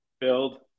Build